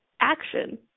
action